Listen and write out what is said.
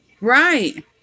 Right